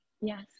Yes